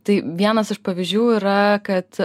tai vienas iš pavyzdžių yra kad